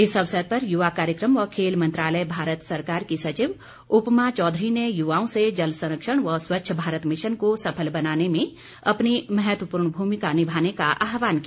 इस अवसर पर युवा कार्यक्रम व खेल मंत्रालय भारत सरकार की सचिव उपमा चौधरी ने युवाओं से जल संरक्षण व स्वच्छ भारत मिशन को सफल बनाने में अपनी महत्वपूर्ण भूमिका निभाने का आहवान किया